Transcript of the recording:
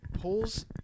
pulls